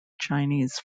chinese